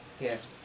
Yes